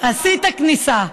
עשית כניסה.